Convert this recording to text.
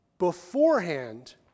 beforehand